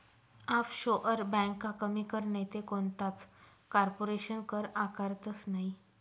offshore ब्यांका कमी कर नैते कोणताच कारपोरेशन कर आकारतंस नयी